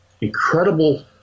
incredible